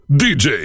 dj